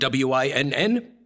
WINN